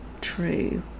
true